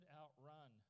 outrun